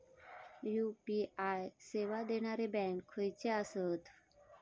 UPI सेवा देणारे bank खयचे आसत?